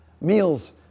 meals